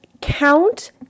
count